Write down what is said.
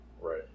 right